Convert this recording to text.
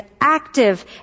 active